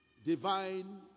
Divine